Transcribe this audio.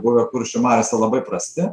buvę kuršių mariose labai prasti